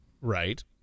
Right